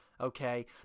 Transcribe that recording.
okay